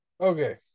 okay